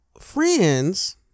friends